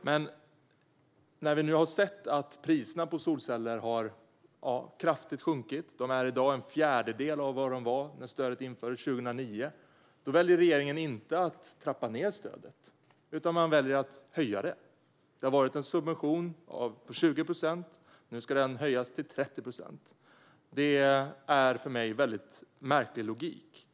Men nu när vi sett att priserna på solceller har sjunkit kraftigt - de är i dag en fjärdedel av vad de var när stödet infördes 2009 - väljer regeringen inte att trappa ned stödet, utan man väljer att höja det. Det har varit en subvention på 20 procent, och nu ska den höjas till 30 procent. Detta är för mig en väldigt märklig logik.